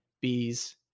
bees